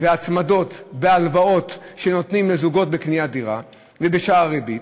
וההצמדות בהלוואות שנותנים לזוגות בקניית דירה ובשער הריבית,